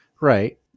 Right